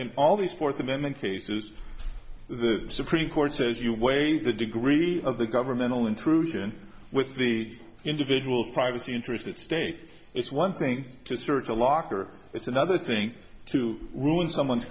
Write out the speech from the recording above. in all these fourth amendment cases the supreme court says you weigh the degree of the governmental intrusion with the individual privacy interests at stake it's one thing to search a locker it's another thing to ruin someone's